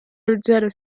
ruggero